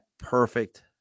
perfect